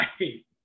right